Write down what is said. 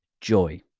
Joy